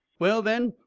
well, then,